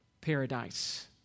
paradise